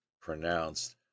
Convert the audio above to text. pronounced